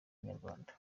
inyarwanda